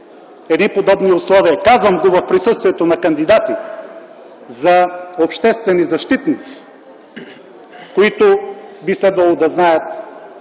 при подобни условия. Казвам го в присъствието на кандидатите за обществени защитници, които би следвало да знаят